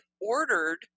ordered